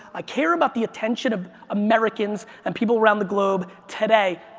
i care about the attention of americans and people around the globe today.